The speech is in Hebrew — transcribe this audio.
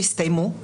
שהסתיימו